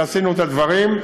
ועשינו את הדברים,